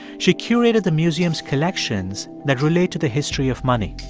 she curated the museum's collections that relate to the history of money.